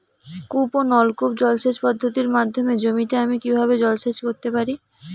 কূপ ও নলকূপ জলসেচ পদ্ধতির মাধ্যমে জমিতে আমি কীভাবে জলসেচ করতে পারি?